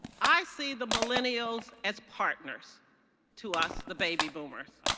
i see the millennials as partners to us, the baby boomers.